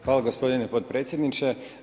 Hvala gospodine potpredsjedniče.